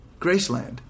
Graceland